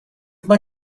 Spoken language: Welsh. mae